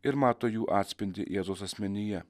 ir mato jų atspindį jėzaus asmenyje